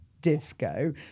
Disco